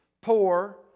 poor